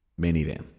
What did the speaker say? minivan